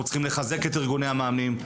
אנחנו צריכים לחזק את ארגוני המאמנים.